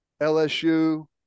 LSU